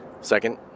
Second